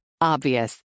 Obvious